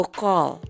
call